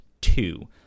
two